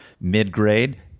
mid-grade